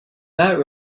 that